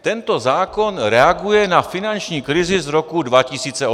Tento zákon reaguje na finanční krizi z roku 2008.